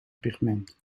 pigment